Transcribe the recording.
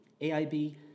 AIB